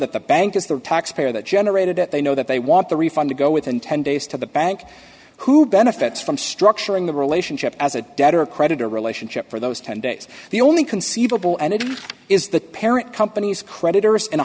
that the bank is the taxpayer that generated it they know that they want the refund to go within ten days to the bank who benefits from structuring the relationship as a debtor creditor relationship for those ten days the only conceivable and it is the parent company's creditors in a